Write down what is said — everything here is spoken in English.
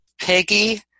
Peggy